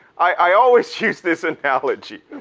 i always use this analogy.